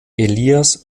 elias